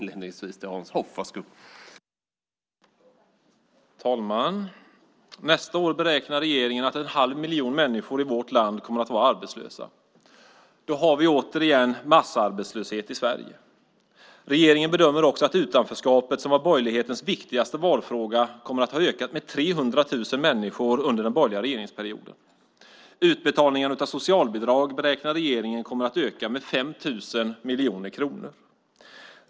Herr talman! Nästa år beräknar regeringen att en halv miljon människor i vårt land kommer att vara arbetslösa. Då har vi återigen massarbetslöshet i Sverige. Regeringen bedömer också att utanförskapet som var borgerlighetens viktigaste valfråga kommer att ha ökat med 300 000 människor under den borgerliga regeringsperioden. Regeringen beräknar att utbetalningarna av socialbidrag kommer att öka med 5 000 miljoner kronor.